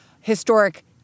historic